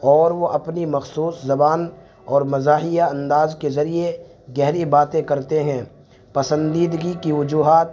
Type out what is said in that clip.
اور وہ اپنی مخصوص زبان اور مزاحیہ انداز کے ذریعے گہری باتیں کرتے ہیں پسندیدگی کی وجوہات